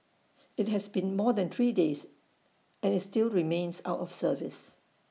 IT has been more than three days and is still remains out of service